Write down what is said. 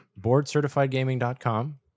boardcertifiedgaming.com